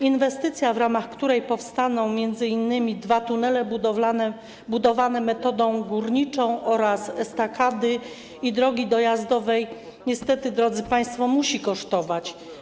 Inwestycja, w ramach której powstaną m.in. dwa tunele budowane metodą górniczą oraz estakady i drogi dojazdowe, niestety, drodzy państwo, musi kosztować.